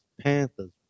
Panthers